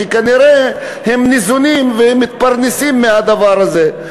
שכנראה ניזונים ומתפרנסים מהדבר הזה.